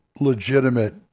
legitimate